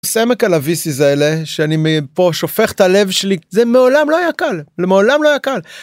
סמאקלויסיז האלה שאני מפה שופך את הלב שלי זה מעולם לא היה קל לעולם לא היה קל.